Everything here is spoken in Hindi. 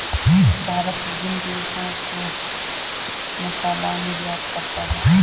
भारत विभिन्न देशों को मसाला निर्यात करता है